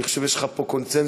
אני חושב שיש לך פה קונסנזוס,